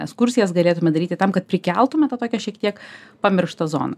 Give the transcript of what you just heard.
ekskursijas galėtume daryti tam kad prikeltume tą tokią šiek tiek pamirštą zoną